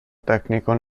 tecnico